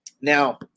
Now